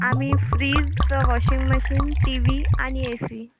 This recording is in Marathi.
आम्ही fridge washing machine T V आणि ए सी